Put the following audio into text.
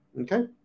okay